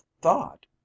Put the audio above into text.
thought